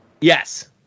Yes